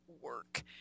work